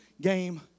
game